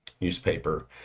newspaper